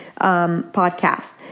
podcast